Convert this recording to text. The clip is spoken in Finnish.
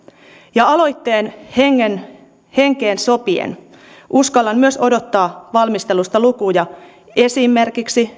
ja aloitteen henkeen sopien uskallan myös odottaa valmistelusta lukuja esimerkiksi